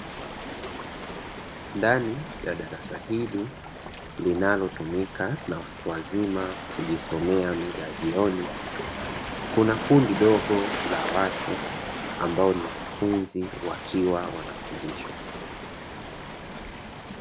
Ndani ya darasa hili linalotumika na watu wazima kujisomea mida ya jioni, kuna kundi dogo la watu ambao ni wanafunzi wakiwa wanafundishwa.